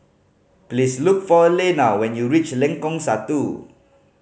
please look for Alena when you reach Lengkong Satu